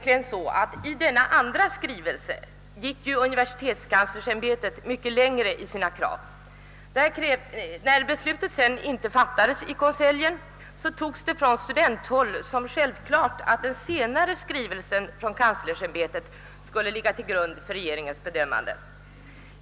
I den andra skrivelsen gick universitetskanslersämbetet mycket längre i sina krav. När beslutet sedan inte fattades i konseljen, ansågs det från studenthåll som självklart att den senare skrivelsen från kanslersämbetet skulle ligga till grund för regeringens bedömande.